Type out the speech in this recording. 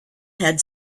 had